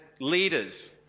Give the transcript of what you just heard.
leaders